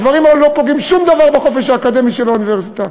הדברים האלה לא פוגעים בחופש האקדמי של האוניברסיטה.